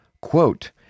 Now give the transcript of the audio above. Quote